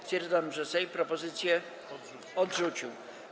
Stwierdzam, że Sejm propozycję odrzucił.